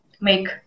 make